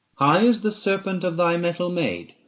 high as the serpent of thy metal made,